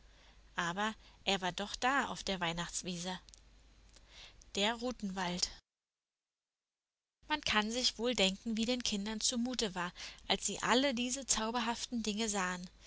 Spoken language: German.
aber er war doch da auf der weihnachtswiese der rutenwald man kann sich wohl denken wie den kindern zumute war als sie alle diese zauberhaften dinge sahen